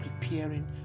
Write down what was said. preparing